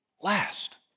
last